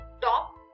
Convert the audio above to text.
top